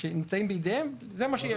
שנמצאים בידיהם, זה מה שיש.